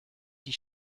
die